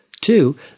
Two